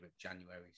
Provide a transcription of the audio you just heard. January